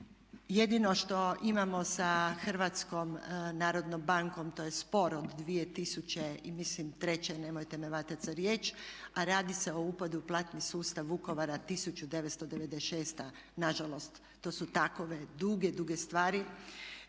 Jedino što imamo sa HNB-om to je spor od 2003. mislim, nemojte me hvatati za riječ, a radi se o upadu u platni sustav Vukovara 1996., nažalost. To su takve duge, duge stvari